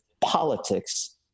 politics